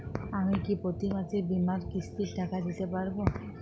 আমি কি প্রতি মাসে বীমার কিস্তির টাকা দিতে পারবো?